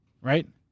Right